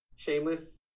Shameless